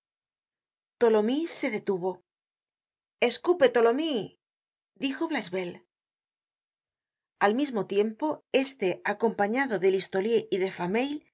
tholomyes se detuvo escupe tholomyes dijo blachevelle al mismo tiempo este acompañado de listolier y de fameuil